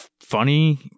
funny